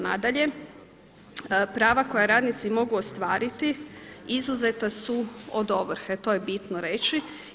Nadalje, prava koja radnici mogu ostvariti izuzeta su od ovrhe, to je bitno reći.